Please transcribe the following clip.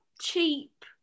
cheap